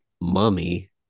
mummy